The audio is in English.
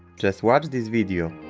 just watch this video.